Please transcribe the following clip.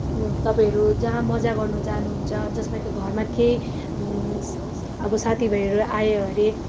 तपाईँहरू जहाँ मजा गर्नु जानुहुन्छ जसमा कि घरमा केही स् स् अब साथीभाइहरू आयो अरे